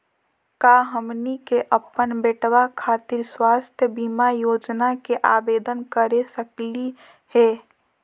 का हमनी के अपन बेटवा खातिर स्वास्थ्य बीमा योजना के आवेदन करे सकली हे?